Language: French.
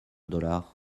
dollar